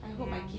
ya